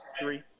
three